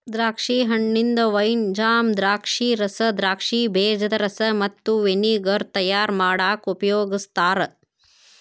ದ್ರಾಕ್ಷಿ ಹಣ್ಣಿಂದ wine, jam, ದ್ರಾಕ್ಷಿರಸ, ದ್ರಾಕ್ಷಿ ಬೇಜದ ರಸ ಮತ್ತ ವಿನೆಗರ್ ತಯಾರ್ ಮಾಡಾಕ ಉಪಯೋಗಸ್ತಾರ